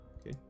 Okay